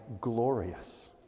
glorious